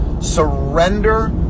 surrender